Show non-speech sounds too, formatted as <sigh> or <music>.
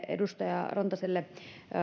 <unintelligible> edustaja mari rantaselle